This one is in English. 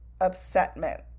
upsetment